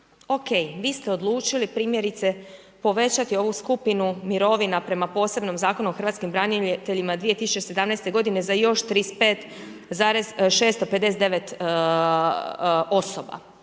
ok, vi ste odlučili primjerice povećati ovu skupinu mirovina prema posebnom Zakonu o hrvatskim braniteljima 217. godine za još 35,659 osoba.